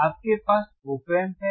आपके पास OP Amps है